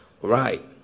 Right